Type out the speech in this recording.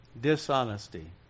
dishonesty